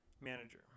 manager